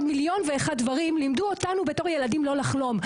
מיליון ואחד דברים לימדו אותנו בתור ילדים לא לחלום,